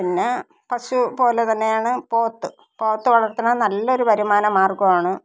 പിന്നെ പശു പോലെ തന്നെയാണ് പോത്ത് പോത്ത് വളര്ത്തുന്നത് നല്ല ഒരു വരുമാന മാര്ഗ്ഗമാണ്